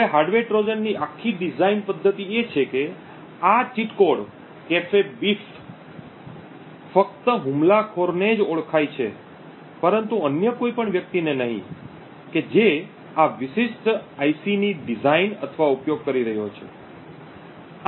હવે હાર્ડવેર ટ્રોજનની આખી ડિઝાઇન પદ્ધતિ એ છે કે આ ચીટ કોડ કાફેબીડ ફક્ત હુમલાખોરને જ ઓળખાય છે પરંતુ અન્ય કોઈ પણ વ્યક્તિને નહિ કે જે આ વિશિષ્ટ આઇસીની ડિઝાઇન અથવા ઉપયોગ કરી રહ્યો છે